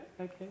okay